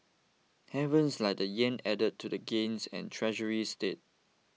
Havens like the yen added to gains and Treasuries steadied